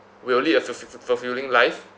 will lead a f~ f~ fulfilling life